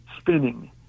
spinning